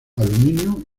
aluminio